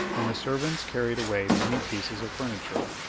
and the servants carried away many pieces of furniture.